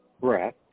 breath